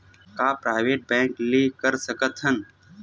का private bank ले कर सकत हन?